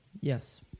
Yes